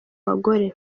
bagore